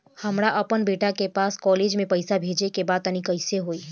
हमरा अपना बेटा के पास कॉलेज में पइसा बेजे के बा त कइसे होई?